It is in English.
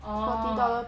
orh